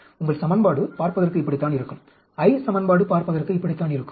உங்கள் சமன்பாடு பார்ப்பதற்கு இப்படித்தான் இருக்கும் I சமன்பாடு பார்ப்பதற்கு இப்படித்தான் இருக்கும்